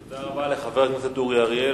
תודה רבה לחבר הכנסת אורי אריאל.